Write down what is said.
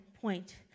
point